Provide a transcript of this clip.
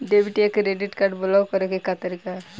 Debit या credit card block करे के का तरीका ह?